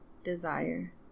desire